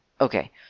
Okay